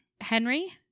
Henry